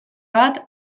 bat